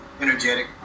energetic